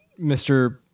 Mr